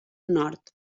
nord